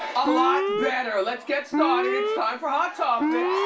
a lot better, let's get started, it's time for hot topics.